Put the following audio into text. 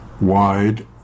wide